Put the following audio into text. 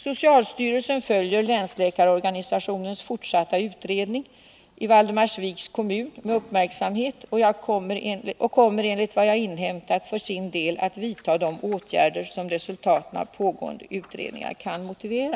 Socialstyrelsen följer länsläkarorganisationens fortsatta utredning i Valdemarsviks: kommun med uppmärksamhet och kommer enligt vad jag har inhämtat för sin del att vidta de åtgärder som resultaten av pågående utredningar kan motivera.